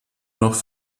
noch